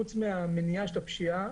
חוץ מהמניעה של הפשיעה,